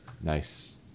Nice